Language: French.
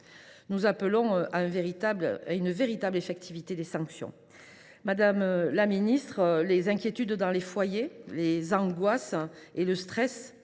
Nous appelons à une véritable effectivité des sanctions. Madame la ministre, l’inquiétude dans les foyers, l’angoisse et le stress